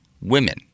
women